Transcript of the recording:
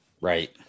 Right